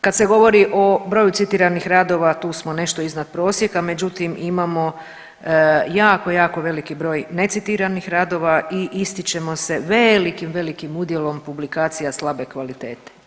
Kad se govori o broju citiranih radova, tu smo nešto iznad prosjeka, međutim, imamo jako, jako veliki broj necitiranih radova i ističemo se velikim, velikim udjelom publikacija slabe kvalitete.